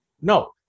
No